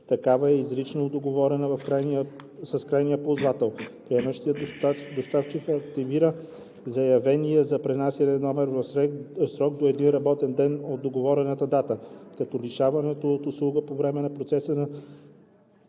такава е изрично договорена с крайния ползвател. Приемащият доставчик активира заявения за пренасяне номер в срок до един работен ден от договорената дата, като лишаването от услуга по време на процеса на